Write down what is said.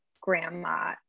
grandma